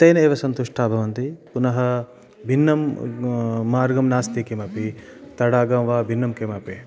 तेन एव सन्तुष्टाः भवन्ति पुनः भिन्नं मार्गं नास्ति किमपि तडागं वा भिन्नं किमपि